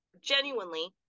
genuinely